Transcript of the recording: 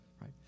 right